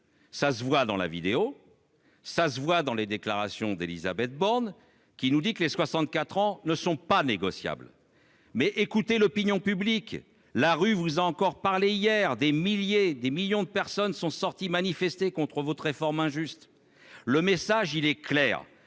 cela se voit dans la vidéo, tout comme dans les déclarations d'Élisabeth Borne, qui nous explique que les 64 ans ne sont pas négociables. Mais écoutez l'opinion publique ! La rue vous a parlé encore hier. Des millions de personnes sont sorties manifester contre votre réforme injuste. Le message est clair,